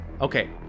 Okay